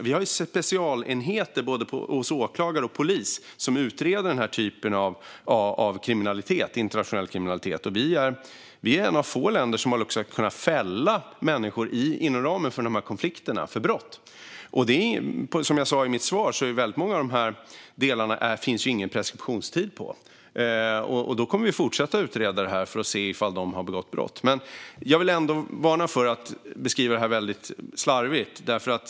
Vi har specialenheter hos både åklagare och polis som utreder den här typen av internationell kriminalitet. Vi är ett av få länder som har kunnat fälla människor för brott inom ramen för dessa konflikter. Som jag sa i mitt svar finns det ingen preskriptionstid i många av de här delarna, och vi kommer att fortsätta utreda detta för att se om de har begått brott. Jag vill ändå varna för att beskriva detta väldigt slarvigt.